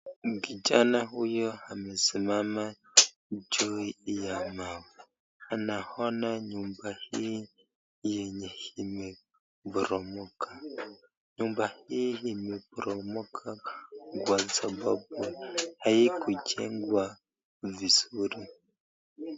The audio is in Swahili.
Kijana huyo amesimama juu ya mawe. Anaona nyumba hii yenye imeporomoka. Nyumba hii imeporomoka kwa sababu haikujengwa vizuri.